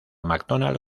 macdonald